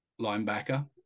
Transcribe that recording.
linebacker